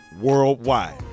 worldwide